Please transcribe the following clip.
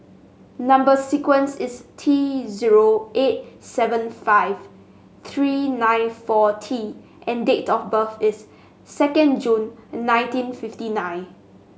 number sequence is T zero eight seven five three nine four T and date of birth is second June nineteen fifty nine